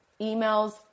emails